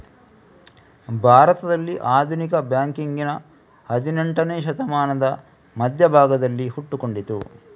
ಭಾರತದಲ್ಲಿ ಆಧುನಿಕ ಬ್ಯಾಂಕಿಂಗಿನ ಹದಿನೇಂಟನೇ ಶತಮಾನದ ಮಧ್ಯ ಭಾಗದಲ್ಲಿ ಹುಟ್ಟಿಕೊಂಡಿತು